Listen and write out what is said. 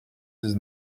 dix